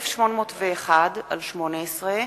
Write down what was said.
פ/1801/18,